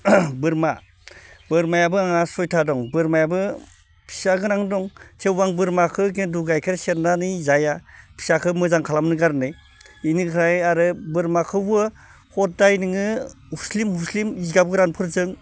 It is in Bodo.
बोरमा बोरमायाबो आंहा सयथा दं बोरमायाबो फिसागोनां दं थेवबो आं बोरमाखो खिन्थु गायखेर सेरनानै जाया फिसाखो मोजां खालामनो खारनै इनिफ्राय आरो बोरमाखौबो हदाय नोङो हुस्लिम हुस्लिम जिगाब गोरानफोरजों